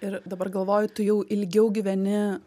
ir dabar galvoju tu jau ilgiau gyveni